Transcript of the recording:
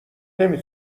نمی